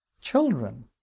children